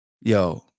yo